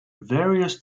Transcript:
various